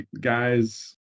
guys